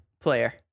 player